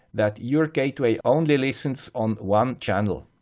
that your gateway only listens on one channel.